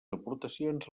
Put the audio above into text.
aportacions